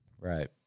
Right